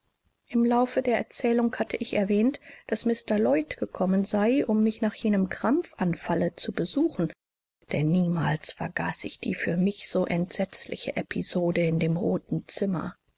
im laufe der erzählung hatte ich erwähnt daß mr lloyd gekommen sei um mich nach jenem krampfanfalle zu besuchen denn niemals vergaß ich die für mich so entsetzliche episode in dem roten zimmer